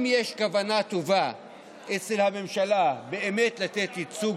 אם יש כוונה טובה אצל הממשלה באמת לתת ייצוג